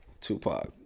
Tupac